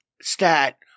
stat